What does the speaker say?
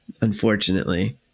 unfortunately